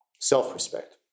Self-respect